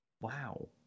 Wow